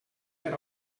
per